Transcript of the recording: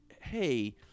Hey